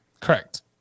Correct